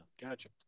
gotcha